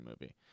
movie